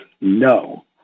no